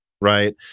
right